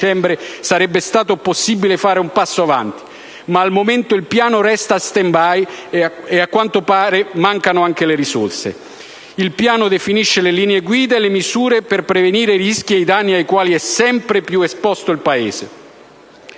sarebbe stato possibile fare un passo avanti. Ma al momento il piano resta in *stand-by*, a quanto pare per mancanza di risorse. Il piano definisce le linee guida e le misure per prevenire i rischi e i danni ai quali è sempre più esposto il Paese;